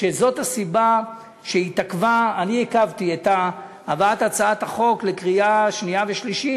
שזאת הסיבה שעיכבתי את הבאת הצעת החוק לקריאה שנייה ושלישית.